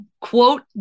quote